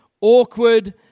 awkward